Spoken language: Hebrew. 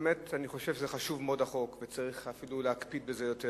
חושב שהחוק מאוד חשוב וצריך להקפיד בזה יותר,